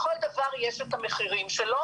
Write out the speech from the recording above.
לכל דבר יש את המחיר שלו.